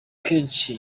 kenshi